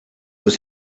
was